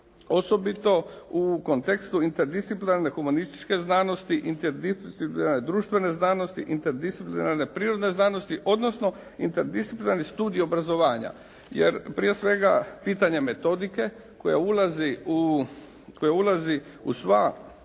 osobito u kontekstu interdisciplinarne humanističke znanosti, interdisciplinarne društvene znanosti, interdisciplinarne prirodne znanosti odnosno interdisciplinarni studij obrazovanja jer prije svega pitanje metodike koja ulazi u sva